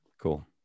cool